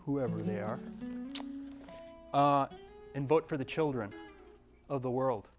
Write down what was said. whoever they are and vote for the children of the world